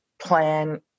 plan